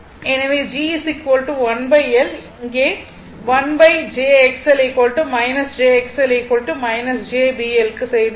எனவே G 1 L இங்கே 1 jXL jXL jBL க்கு செய்துள்ளோம்